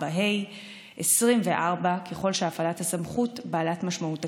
4ה ו-24, ככל שהפעלת הסמכות בעלת משמעות תקציבית,